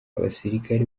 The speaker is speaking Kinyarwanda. abasirikare